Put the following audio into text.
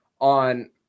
on